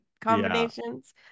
combinations